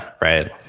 right